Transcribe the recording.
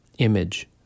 image